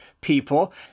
people